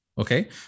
Okay